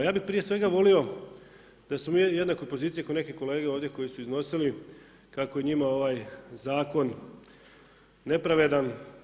Ja bih prije svega volio da smo mi u jednakoj poziciji kao neke kolege ovdje koji su iznosili kako njima ovaj zakon nepravedan.